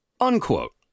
Unquote